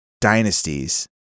dynasties